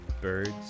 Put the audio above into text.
Birds